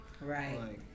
Right